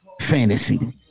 Fantasy